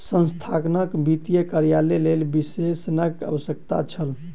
संस्थानक वित्तीय कार्यक लेल विशेषज्ञक आवश्यकता छल